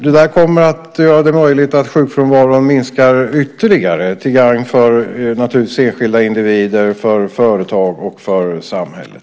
Det kommer att göra det möjligt att sjukfrånvaron minskar ytterligare till gagn för, naturligtvis, enskilda individer, företagen och samhället.